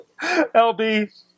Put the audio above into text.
LB